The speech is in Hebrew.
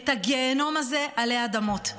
את הגיהינום הזה עלי אדמות.